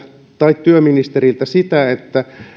tai työministeriltä